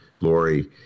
Lori